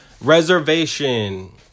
reservation